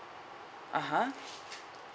(uh huh)